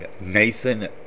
Nathan